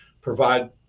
provide